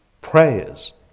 Prayers